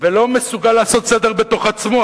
ולא מסוגל לעשות סדר בתוך עצמו.